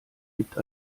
gibt